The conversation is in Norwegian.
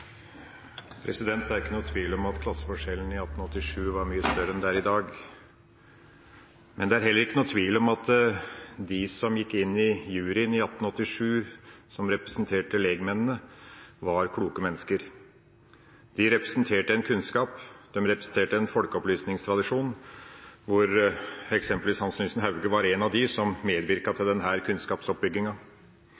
ikke noen tvil om at klasseforskjellene i 1887 var mye større enn de er i dag, men det er heller ikke noen tvil om at de som gikk inn i juryen i 1887, og som representerte lekmennene, var kloke mennesker. De representerte en kunnskap, de representerte en folkeopplysningstradisjon, hvor eksempelvis Hans Nielsen Hauge var en av dem som medvirket til denne kunnskapsoppbygginga.